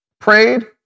prayed